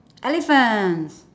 elephants